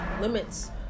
limits